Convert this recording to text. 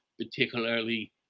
particularly